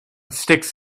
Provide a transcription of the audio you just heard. sticks